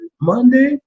Monday